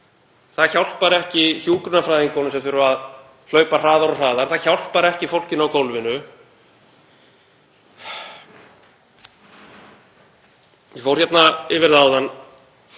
Það hjálpar ekki hjúkrunarfræðingunum sem þurfa að hlaupa hraðar og hraðar. Það hjálpar ekki fólkinu á gólfinu. Ég fór hérna yfir áðan hvernig